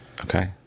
okay